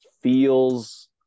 feels